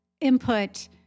input